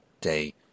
day